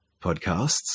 podcasts